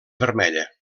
vermella